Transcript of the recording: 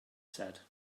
said